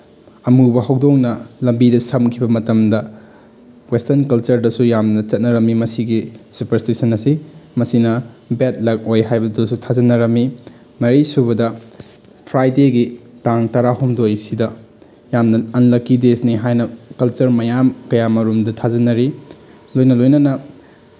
ꯑꯃꯨꯕ ꯍꯧꯗꯣꯡꯅ ꯂꯝꯕꯤꯗ ꯁꯝꯈꯤꯕ ꯃꯇꯝꯗ ꯋꯦꯁꯇ꯭ꯔꯟ ꯀꯜꯆꯔꯗꯁꯨ ꯌꯥꯝꯅ ꯆꯠꯅꯔꯝꯃꯤ ꯃꯁꯤꯒꯤ ꯁꯨꯄꯔꯁꯇꯤꯁꯟ ꯑꯁꯤ ꯃꯁꯤꯅ ꯕꯦꯗ ꯂꯛ ꯑꯣꯏ ꯍꯥꯏꯕꯗꯨꯁꯨ ꯊꯥꯖꯅꯔꯝꯃꯤ ꯃꯔꯤꯁꯨꯕꯗ ꯐ꯭ꯔꯥꯏꯗꯦꯒꯤ ꯇꯥꯡ ꯇꯔꯥꯍꯨꯝꯗꯣꯏꯁꯤꯗ ꯌꯥꯝꯅ ꯑꯟꯂꯛꯀꯤ ꯗꯦꯁꯅꯤ ꯍꯥꯏꯅ ꯀꯜꯆꯔ ꯃꯌꯥꯝ ꯀꯌꯥ ꯑꯃꯔꯣꯝꯗ ꯊꯥꯖꯅꯔꯤ ꯂꯣꯏꯅ ꯂꯣꯏꯅꯅ